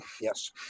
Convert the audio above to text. Yes